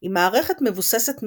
היא מערכת מבוססת מכונה,